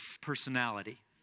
personality